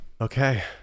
okay